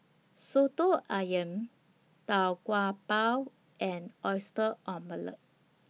Soto Ayam Tau Kwa Pau and Oyster Omelette